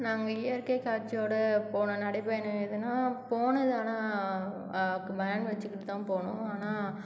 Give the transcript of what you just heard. நாங்கள் இயற்கை காட்சியோடு போன நடைபயணம் எதுனால் போனது ஆனால் க் வேன் வெச்சுகிட்டு தான் போனோம் ஆனால்